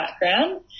background